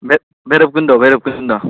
बे भैरबकुन्द'